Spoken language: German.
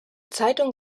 zeitung